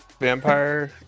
vampire